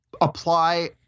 apply